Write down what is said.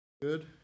Good